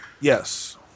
Yes